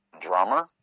drummer